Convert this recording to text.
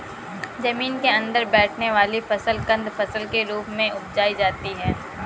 जमीन के अंदर बैठने वाली फसल कंद फसल के रूप में उपजायी जाती है